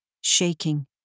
shaking